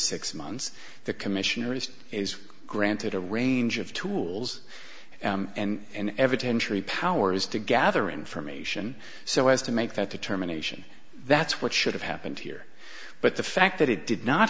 six months the commissioner is granted a range of tools and every ten cheree powers to gather information so as to make that determination that's what should have happened here but the fact that it did not